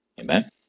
amen